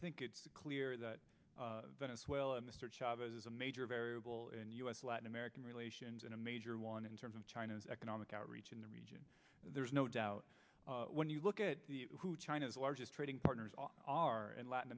think it's clear that venezuela mr chavez is a major variable in u s latin american relations in a major one in terms of china's economic outreach in the region there's no doubt when you look at who china's largest trading partners are in latin